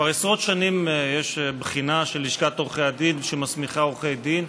כבר עשרות שנים יש בחינה של לשכת עורכי הדין שמסמיכה עורכי דין